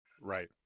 right